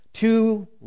Two